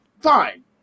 fine